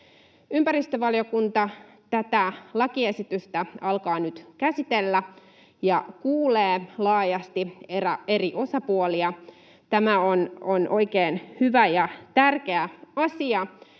Ympäristövaliokunta tätä lakiesitystä alkaa nyt käsitellä ja kuulee laajasti eri osapuolia. Tämä on oikein hyvä ja tärkeä asia